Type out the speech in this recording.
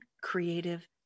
creative